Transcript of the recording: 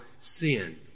sin